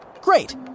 Great